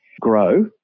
grow